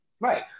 Right